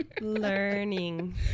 Learning